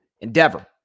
endeavor